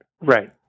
Right